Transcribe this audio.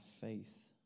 faith